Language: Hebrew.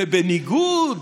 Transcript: ובניגוד